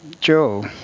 Joe